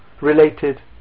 related